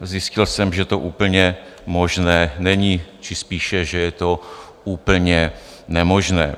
Zjistil jsem, že to úplně možné není, či spíše že je to úplně nemožné.